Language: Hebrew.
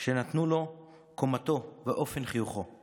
שנתנו לו קומתו ואופן חיוכו /